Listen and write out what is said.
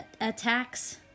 attacks